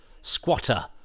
squatter